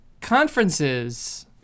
conferences